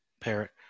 parrot